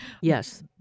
Yes